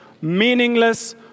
meaningless